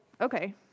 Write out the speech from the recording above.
okay